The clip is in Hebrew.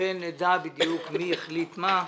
אכן נדע בדיוק מי החליט מה,